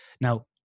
Now